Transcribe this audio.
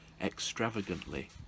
extravagantly